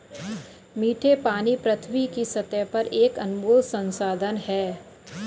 मीठे पानी पृथ्वी की सतह पर एक अनमोल संसाधन है